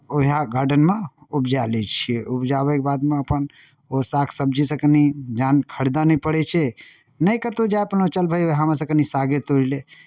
उएह गार्डनमे उपजा लै छियै उपजाबयके बादमे अपन ओ साग सब्जीसँ कनि जखन खरीदय नहि पड़ै छै नहि कतहु जाय अपना चल भाय उएहमे सँ कनि सागे तोड़ि लै